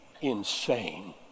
insane